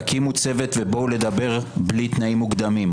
תקימו צוות ובואו לדבר בלי תנאים מוקדמים.